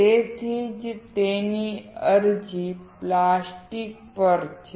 તેથી જ તેની અરજી પ્લાસ્ટિક પર છે